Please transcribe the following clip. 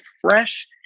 fresh